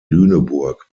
lüneburg